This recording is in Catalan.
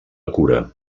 cura